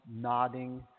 nodding